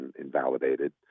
invalidated